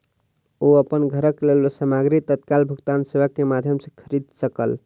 ओ अपन घरक लेल सामग्री तत्काल भुगतान सेवा के माध्यम खरीद सकला